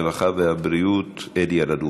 הרווחה והבריאות אלי אלאלוף.